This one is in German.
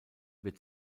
wird